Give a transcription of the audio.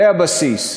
זה הבסיס.